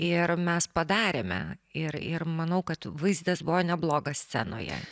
ir mes padarėme ir ir manau kad vaizdas buvo neblogas scenoje